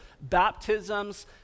baptisms